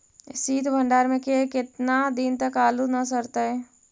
सित भंडार में के केतना दिन तक आलू न सड़तै?